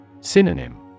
Synonym